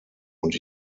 und